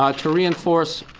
ah to reinforce